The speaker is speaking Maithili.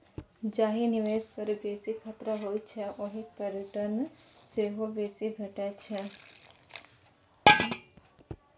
जाहि निबेश पर बेसी खतरा होइ छै ओहि पर रिटर्न सेहो बेसी भेटै छै